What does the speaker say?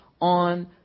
on